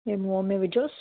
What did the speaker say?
हीउ मुंहं में विझोसि